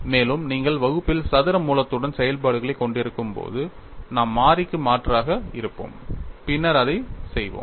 மேலும் நீங்கள் வகுப்பில் சதுர மூலத்துடன் செயல்பாடுகளைக் கொண்டிருக்கும்போது நாம் மாறிக்கு மாற்றாக இருப்போம் பின்னர் அதைச் செய்வோம்